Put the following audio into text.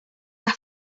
las